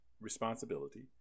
responsibility